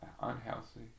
unhealthy